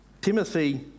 Timothy